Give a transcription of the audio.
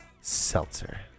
seltzer